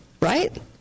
right